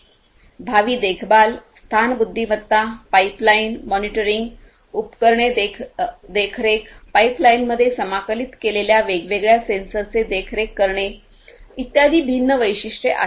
भावी देखभाल स्थान बुद्धिमत्ता पाइपलाइन मॉनिटरींग उपकरणे देखरेख पाइपलाइनमध्ये समाकलित केलेल्या वेगवेगळ्या सेन्सरचे देखरेख करणे इत्यादी भिन्न वैशिष्ट्ये आहेत